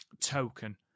token